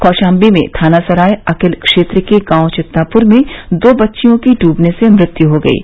कौशाम्बी में थाना सराय अकिल क्षेत्र के गांव चित्तापुर में दो बच्चियों की डूबने से मृत्यु हो गयी